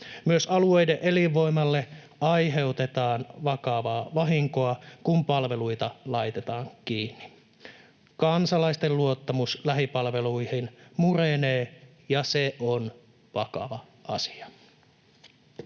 Myös alueiden elinvoimalle aiheutetaan vakavaa vahinkoa, kun palveluita laitetaan kiinni. Kansalaisten luottamus lähipalveluihin murenee, ja se on vakava asia.